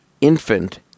infant